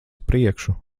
priekšu